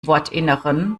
wortinneren